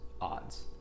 odds